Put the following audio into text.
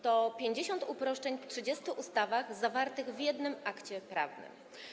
To 50 uproszczeń w 30 ustawach, zawartych w jednym akcie prawnym.